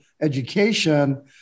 education